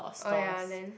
oh ya and then